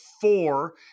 four